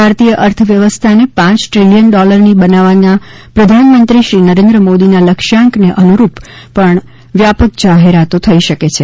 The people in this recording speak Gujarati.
ભારતીય અર્થવ્યવસ્થાને પાંચ દ્રિલિયન ડોલરની બનાવવાના પ્રધાનમંત્રી શ્રી નરેન્દ્ર મોદીના લક્ષ્યાંકને અનુરૂપ પણ વ્યાપક જાહેરાતો થઈ શકે છે